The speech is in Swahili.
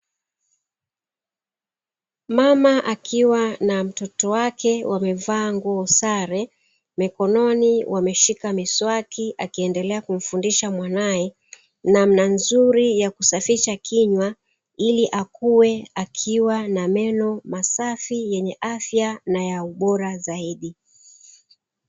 Mama akiwa na mtoto wake wamevaa nguo sare, mikononi wameshika miswaki, akiendelea kumfundisha mwanae namna nzuri ya kusafisha kinywa ili akue akiwa na meno masafi yenye afya na ya ubora zaidi.